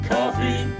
Coffee